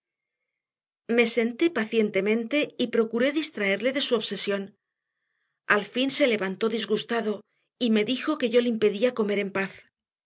me senté pacientemente y procuré distraerle de su obsesión al fin se levantó disgustado y me dijo que yo le impedía comer en paz